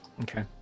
Okay